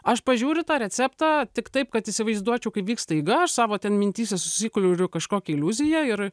aš pažiūriu tą receptą tik taip kad įsivaizduočiau kaip vyksta eiga aš savo ten mintyse susikuriu kažkokią iliuziją ir